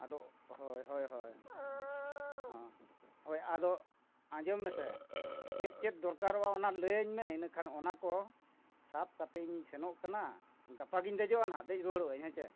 ᱟᱫᱚ ᱦᱳᱭ ᱦᱳᱭ ᱦᱳᱭ ᱦᱮᱸ ᱦᱳᱭ ᱟᱫᱚ ᱟᱸᱡᱚᱢ ᱢᱮᱥᱮ ᱪᱮᱫ ᱪᱮᱫ ᱫᱚᱨᱠᱟᱨᱚᱜᱼᱟ ᱚᱱᱟ ᱞᱟᱹᱭᱟᱹᱧ ᱢᱮ ᱤᱱᱟᱹ ᱠᱷᱟᱱ ᱚᱱᱟ ᱠᱚ ᱥᱟᱵ ᱠᱟᱛᱮᱫ ᱤᱧᱤᱧ ᱥᱮᱱᱚᱜ ᱠᱟᱱᱟ ᱜᱟᱯᱟ ᱜᱤᱧ ᱫᱮᱡᱚᱜᱼᱟ ᱱᱟᱜ ᱫᱮᱡ ᱨᱩᱣᱟᱹᱲᱚᱜ ᱟᱹᱧ ᱦᱮᱸ ᱥᱮ